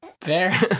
Fair